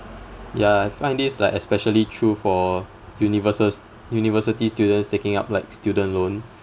ya I find this like especially true for universi~ university students taking up like student loan